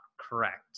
correct